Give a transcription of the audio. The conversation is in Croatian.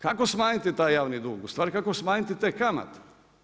Kako smanjiti taj javni dug, ustvari kako smanjiti te kamate?